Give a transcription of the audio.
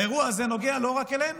האירוע הזה נוגע לא רק אלינו,